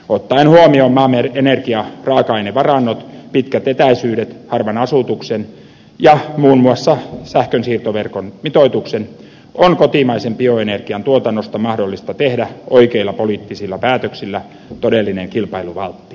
ottaen huomioon maamme energiaraaka ainevarannot pitkät etäisyydet harva asutus ja muun muassa sähkönsiirtoverkon mitoitus on kotimaisen bioenergian tuotannosta mahdollista tehdä oikeilla poliittisilla päätöksillä todellinen kilpailuvaltti